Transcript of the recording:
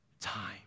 time